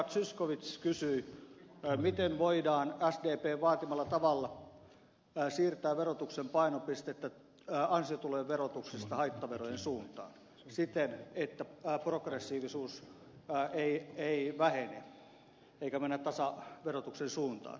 zyskowicz kysyi miten voidaan sdpn vaatimalla tavalla siirtää verotuksen painopistettä ansiotulojen verotuksesta haittaverojen suuntaan siten että progressiivisuus ei vähene eikä mennä tasaverotuksen suuntaan